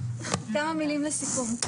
כמה מלים לסיכום.